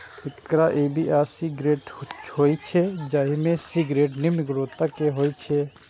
acre A, B आ C grade होइ छै, जाहि मे सी ग्रेड निम्न गुणवत्ता के होइ छै